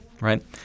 right